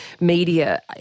media